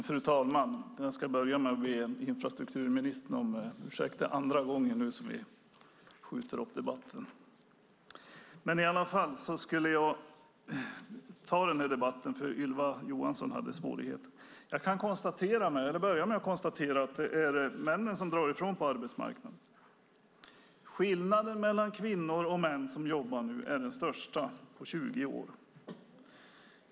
Fru talman! Jag ska börja med att be infrastrukturministern om ursäkt. Det är nu andra gången som vi skjuter upp debatten. Jag ska i alla fall ta debatten, för Ylva Johansson hade svårigheter. Jag kan börja med att konstatera att det är männen som drar ifrån på arbetsmarknaden. Skillnaden mellan hur många kvinnor och män som jobbar nu är den största på 20 år.